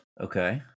Okay